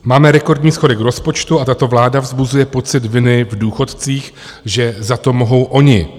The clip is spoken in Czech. Máme rekordní schodek rozpočtu a tato vláda vzbuzuje pocit viny v důchodcích, že za to mohou oni.